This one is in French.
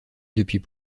depuis